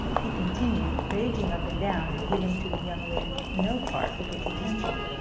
he continued, raging up and down, and giving to the young lady no part of his attention.